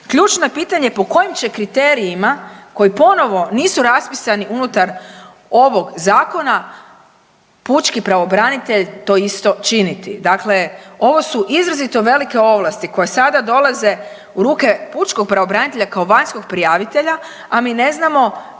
Ključno je pitanje, po kojim će kriterijima koji ponovo nisu raspisani unutar ovog zakona pučki pravobranitelj to isto činiti? Dakle, ovo su izrazito velike ovlasti koje sada dolaze u ruke pučkog pravobranitelja kao vanjskog prijavitelja, a mi ne znamo